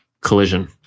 collision